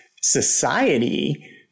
society